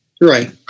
Right